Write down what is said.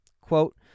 Quote